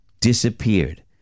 disappeared